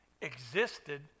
existed